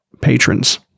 patrons